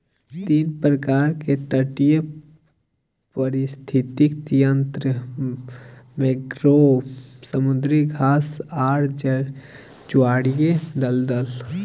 तीन प्रकार के तटीय पारिस्थितिक तंत्र मैंग्रोव, समुद्री घास आर ज्वारीय दलदल